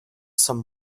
some